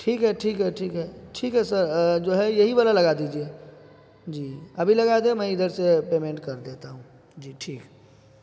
ٹھیک ہے ٹھیک ہے ٹھیک ہے ٹھیک ہے سر جو ہے یہی والا لگا دیجیے جی ابھی لگا دیں میں ادھر سے پیمنٹ کر دیتا ہوں جی ٹھیک